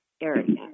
area